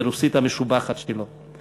ברוסית המשובחת שלו.